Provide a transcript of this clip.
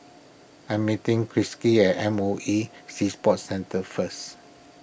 I'm meeting Krissy at M O E Sea Sports Centre first